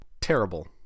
terrible